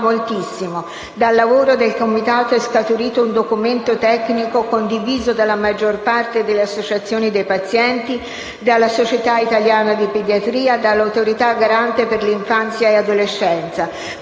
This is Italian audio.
dalla Società italiana di pediatria, dall'Autorità garante per l'infanzia e l'adolescenza.